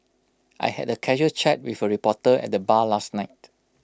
I had A casual chat with A reporter at the bar last night